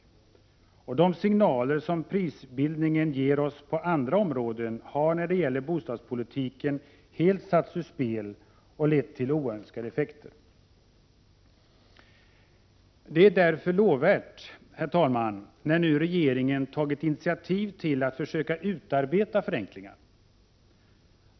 De signaler som prisbildningen ger oss på andra områden har när det gäller bostadspolitiken helt satts ur spel och lett till oönskade effekter. Herr talman! Det är därför lovvärt att regeringen nu tagit initiativ till att försöka utarbeta förenklingar.